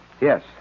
Yes